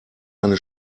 eine